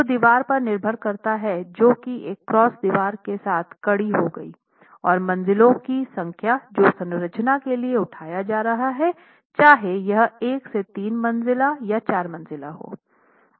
तो दीवार पर निर्भर करता है जो कि एक क्रॉस दीवार के साथ कड़ी हो गई और मंजिलों की संख्या जो संरचना के लिए उठाया जा रहा है चाहे यह 1 से 3 मंज़िल या 4 मंज़िल हो